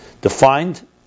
defined